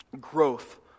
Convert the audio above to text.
growth